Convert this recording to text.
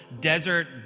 desert